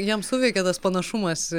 jam suveikė tas panašumas